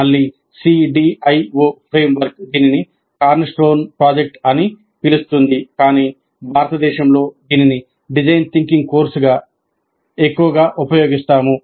మళ్ళీ CDIO framework దీనిని cornerstone project అని పిలుస్తుంది కాని భారతదేశంలో దీనిని డిజైన్ థింకింగ్ కోర్సుగా ఎక్కువగా ఉపయోగిస్తాము